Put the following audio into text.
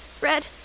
red